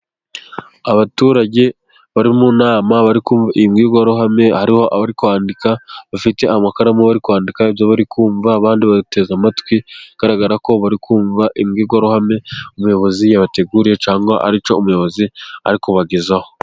Abaturage bari mu nama bari kumva imbwirwaruhame. Hari abari kwandika bafite amakaramu bari kwandika ibyo bari kumva, abandi bateze amatwi bigaragara ko bari kumva imbwirwaruhame umuyobozi yabateguriye, cyangwa hari icyo umuyobozi ari kubagezaho.